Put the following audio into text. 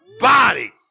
body